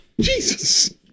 Jesus